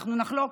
אנחנו נחלוק.